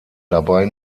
dabei